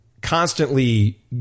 constantly